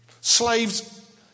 Slaves